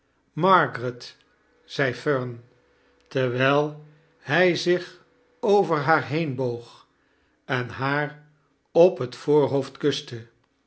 margaret zei fern terwijl hij zich over haar heenfooog en haar op het voorhoofd kuste